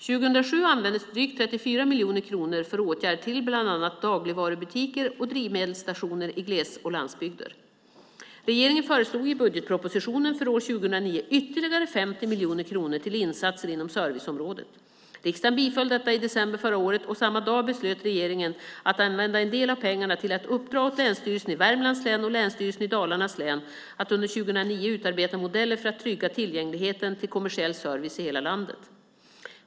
År 2007 användes drygt 34 miljoner kronor för åtgärder till bland annat dagligvarubutiker och drivmedelsstationer i gles och landsbygder. Regeringen föreslog i budgetpropositionen för år 2009 ytterligare 50 miljoner kronor till insatser inom serviceområdet. Riksdagen biföll detta i december förra året, och samma dag beslöt regeringen att använda en del av pengarna till att uppdra åt Länsstyrelsen i Värmlands län och Länsstyrelsen i Dalarnas län att under 2009 utarbeta modeller för att trygga tillgängligheten till kommersiell service i hela landet.